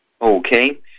Okay